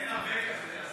אין הרבה כזה.